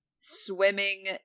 swimming